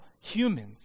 humans